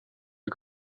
est